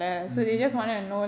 mm mm mm